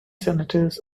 senators